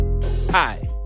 Hi